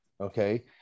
Okay